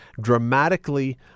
dramatically